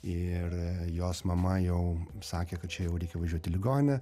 ir jos mama jau sakė kad čia jau reikia važiuot į ligoninę